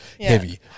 Heavy